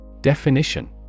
Definition